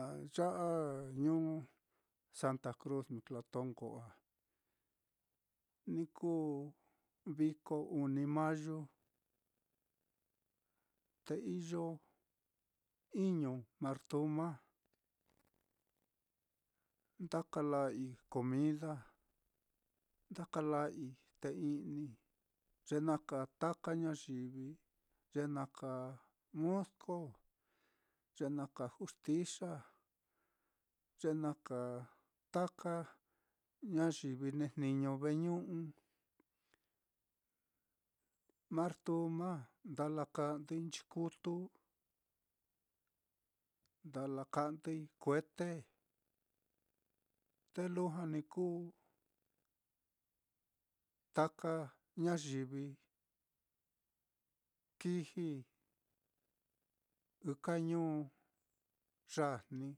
A ya á, ñuu santa cruz mitlatongo á, ni kuu viko uni mayu, te iyo iñu martuma, nda kala'ai comida, nda kala'ai té i'ni, ye na kāā taka ñayivi, ye na kāā musco, ye na kāā juxtixa, ye na kāā taka ñayivi nejniño veñu'u, martuma nda lakandɨ'ɨi nchikutu, nda lakandɨ'ɨi kuete, te lujua ni kuu taka ñayivi kiji ɨka ñuu yajni,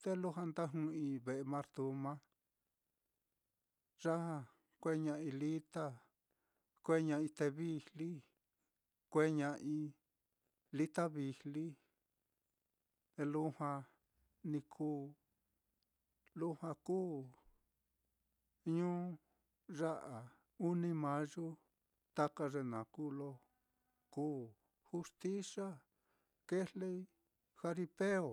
te lujua nda jɨ'ɨi ve'e martuma, ya já kueña'ai lita, kueña'ai té vijli, kueña'ai liya vijli, te lujua ni kuu, lujua kuu ñuu ya á uni mayu, taka ye naá kuu lo kuu, juxtixa kejlei jaripeo.